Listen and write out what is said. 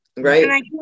right